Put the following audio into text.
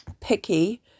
Picky